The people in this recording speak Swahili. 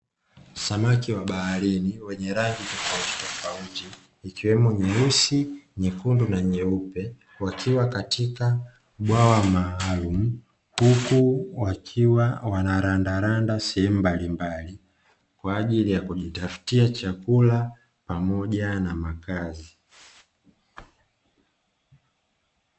Samaki wa baharini wenye rangi tofautitofauti ikiwemo nyeusi, nyekundu na nyeupe. Wakiwa katika bwawa maalumu huku wakiwa wanalandalanda sehemu mbalimbali kwa ajili ya kujitafutia chakula pamoja na makazi.